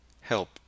help